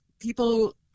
people